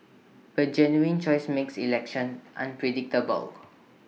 but genuine choice makes elections unpredictable